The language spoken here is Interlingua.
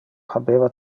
habeva